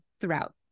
throughout